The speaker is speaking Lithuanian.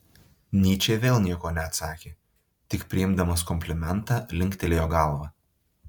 nyčė vėl nieko neatsakė tik priimdamas komplimentą linktelėjo galva